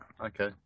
Okay